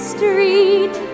Street